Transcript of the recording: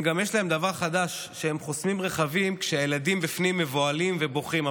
יש להם גם דבר חדש: הם חוסמים רכבים כשהילדים בפנים מבוהלים ובוכים,